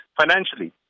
financially